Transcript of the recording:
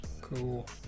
Cool